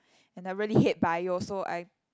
and I really hate bio so I